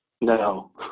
No